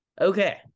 Okay